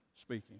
speaking